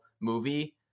movie